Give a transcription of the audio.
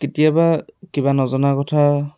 কেতিয়াবা কিবা নজনা কথা